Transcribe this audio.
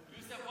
יוסף,